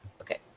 Okay